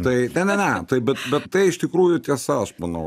tai ne ne ne taip bet bet tai iš tikrųjų tiesa aš manau